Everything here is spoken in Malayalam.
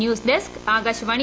ന്യൂസ്ഡെസ്ക്ആകാശവാണി